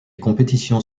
compétitions